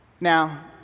Now